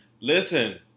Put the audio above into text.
Listen